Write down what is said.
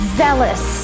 zealous